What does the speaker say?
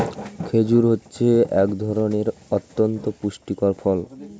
খেজুর হচ্ছে এক ধরনের অতন্ত পুষ্টিকর ফল